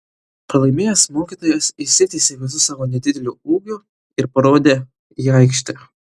pralaimėjęs mokytojas išsitiesė visu savo nedideliu ūgiu ir parodė į aikštę